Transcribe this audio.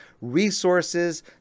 resources